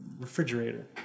refrigerator